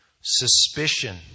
Suspicion